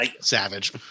Savage